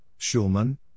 Schulman